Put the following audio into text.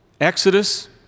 exodus